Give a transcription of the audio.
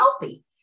healthy